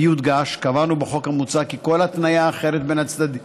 ויודגש: קבענו בחוק המוצע כי כל התניה אחרת בין הצדדים